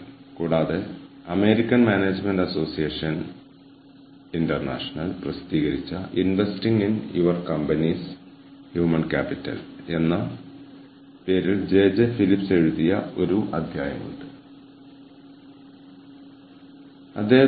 beyond strategic human resource management is sustainable human resource management the next approach Beyond strategic human resource management Is sustainable human resource management the next approach എന്നാണ് ഇതിനെ വിളിക്കുന്നത് human resource മാനേജ്മെന്റിന്റെ ഭാവികളിലൊന്നാണ് network human resource management എന്ന് ഞാൻ നിങ്ങളോട് പറഞ്ഞു